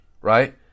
Right